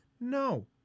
No